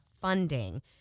funding